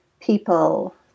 people